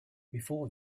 before